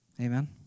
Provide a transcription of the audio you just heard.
Amen